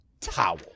towel